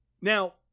Now